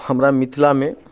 हमरा मिथिलामे